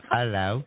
Hello